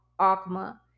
Akma